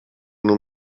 nur